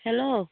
hello